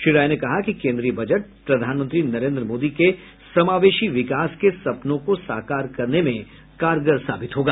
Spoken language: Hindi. श्री राय ने कहा कि केन्द्रीय बजट प्रधानमंत्री नरेन्द्र मोदी के समावेशी विकास के सपनों को साकार करने में कारगर साबित होगा